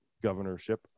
Governorship